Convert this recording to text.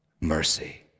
mercy